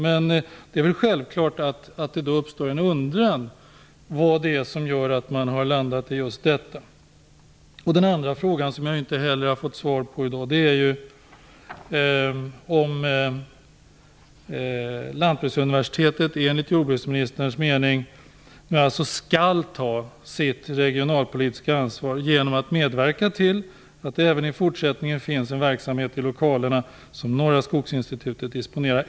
Men det är ju självklart att det då uppstår en undran om vad det är som gör att man har landat här. Den andra frågan som jag inte heller har fått svar på i dag är ju om Lantbruksuniversitetet enligt jordbruksministerns mening skall ta sitt regionalpolitiska ansvar genom att medverka till att det även i fortsättningen finns en verksamhet i lokalerna som Norra skogsinstitutet disponerar.